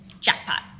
Jackpot